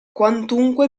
quantunque